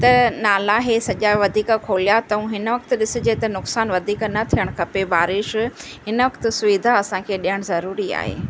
त नाला इहे सॼा वधीक खोलिया अथऊं हिन वक़्तु ॾिसजे त नुक़सानु वधीक न थियणु खपे बारिश इन वक़्तु सुविधा असांखे ज़रूरी आहे